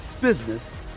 business